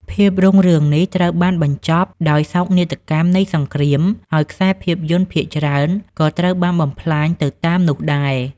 ភាពរុងរឿងនេះត្រូវបានបញ្ចប់ដោយសោកនាដកម្មនៃសង្គ្រាម ហើយខ្សែភាពយន្តភាគច្រើនក៏ត្រូវបានបំផ្លាញទៅតាមនោះដែរ។